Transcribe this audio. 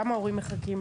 כמה הורים מחכים?